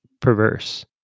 Perverse